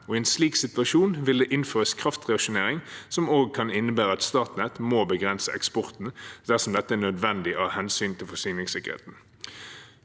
i en slik situasjon vil det innføres kraftrasjonering, noe som også kan innebære at Statnett må begrense eksporten dersom dette er nødvendig av hensyn til forsyningssikkerheten.